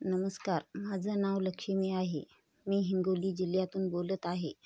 नमस्कार माझं नाव लक्ष्मी आहे मी हिंगोली जिल्ह्यातून बोलत आहे